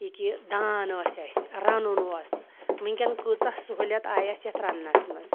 یہِ کہِ دان ٲسۍ اَسہِ رَنُن اوس وٕنۍکٮ۪ن کۭژاہ سہوٗلیت آیہِ اَسہِ یَتھ رَںنَس منٛز